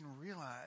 realize